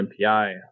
MPI